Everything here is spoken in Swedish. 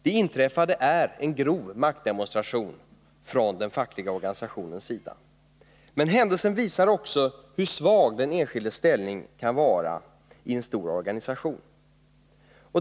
Det inträffade är en grov maktdemonstration från den fackliga organisationens sida. Men händelsen visar också hur svag den enskildes ställning kan vara i en stor organisation.